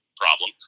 problem